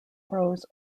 froze